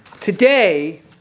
Today